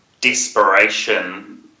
desperation